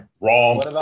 Wrong